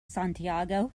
santiago